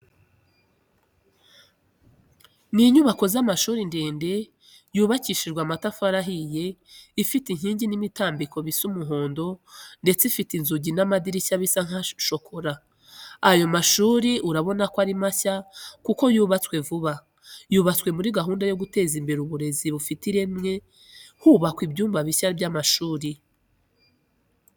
NI inyubako z'amashuri ndende yubakishije amatafari ahiye, ifite inkingi n'imitambiko bisa umuhondo ndetse ifite inzugi n'amadirishya bisa nka shokora. Ayo mashuri urabona ko ari mashya kuko yubatswe vuba. Yubatswe muri gahunda yo guteza imbere uburezi bufite ireme hubakwa ibyumba bishya b'amashuri.